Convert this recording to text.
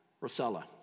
Rosella